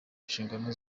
nshingano